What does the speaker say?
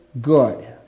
good